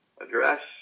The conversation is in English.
address